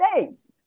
States